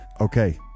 Okay